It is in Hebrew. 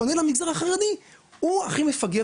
כשהוא פונה לציבור החרדי הוא הכי מפגר